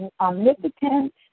omnipotent